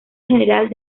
general